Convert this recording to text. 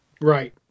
Right